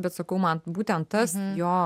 bet sakau man būtent tas jo